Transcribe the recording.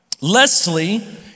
Leslie